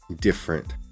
different